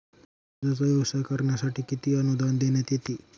दूधाचा व्यवसाय करण्यासाठी किती अनुदान देण्यात येते?